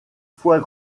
fois